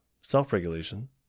self-regulation